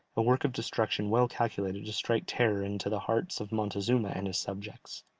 a work of destruction well calculated to strike terror into the hearts of montezuma and his subjects.